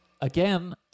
Again